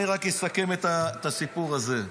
אני רק אסכם את הסיפור הזה.